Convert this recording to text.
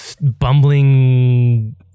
bumbling